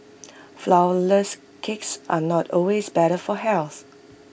Flourless Cakes are not always better for health